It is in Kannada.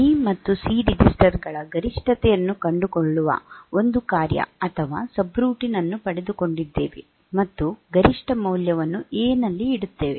ಬಿಮತ್ತು ಸಿ ರೆಜಿಸ್ಟರ್ ಗಳ ಗರಿಷ್ಠತೆಯನ್ನು ಕಂಡುಕೊಳ್ಳುವ ಒಂದು ಕಾರ್ಯ ಅಥವಾ ಸಬ್ರುಟೀನ್ ಅನ್ನು ಪಡೆದುಕೊಂಡಿದ್ದೇವೆ ಮತ್ತು ಗರಿಷ್ಠ ಮೌಲ್ಯವನ್ನು ಎ ನಲ್ಲಿ ಇಡುತ್ತೇವೆ